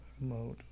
mode